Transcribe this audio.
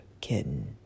Kitten